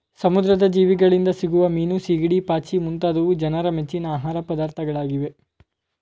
ಸಮುದ್ರದ ಜೀವಿಗಳಿಂದ ಸಿಗುವ ಮೀನು, ಸಿಗಡಿ, ಪಾಚಿ ಮುಂತಾದವು ಜನರ ಮೆಚ್ಚಿನ ಆಹಾರ ಪದಾರ್ಥಗಳಾಗಿವೆ